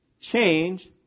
change